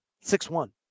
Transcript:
Six-one